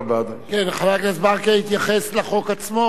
חבר הכנסת ברכה התייחס לחוק עצמו, לא רק לתיקונים.